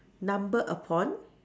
number upon